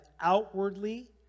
outwardly